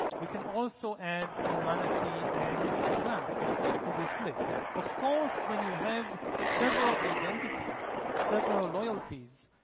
we can also add humanity and the planet to this list. of course, when you have several identities, several loyalties,